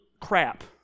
crap